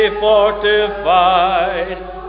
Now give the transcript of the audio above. fortified